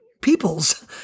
peoples